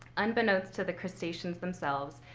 unbeknownst to the crustaceans themselves,